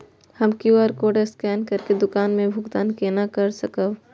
हम QR code scan करके दुकान में भुगतान केना कर सकब?